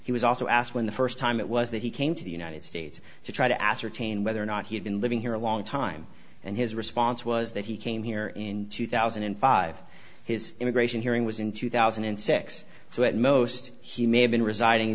he was also asked when the first time it was that he came to the united states to try to ascertain whether or not he had been living here a long time and his response was that he came here in two thousand and five his immigration hearing was in two thousand and six so at most he may have been residing in